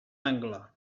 angle